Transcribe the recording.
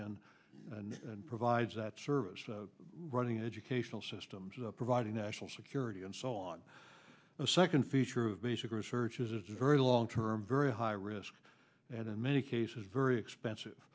in and provides that service running educational systems providing national security and so on a second feature of basic research is a very long term very high risk and in many cases very expensive